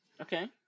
Okay